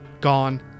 gone